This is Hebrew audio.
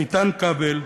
איתן כבל,